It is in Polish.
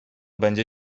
będzie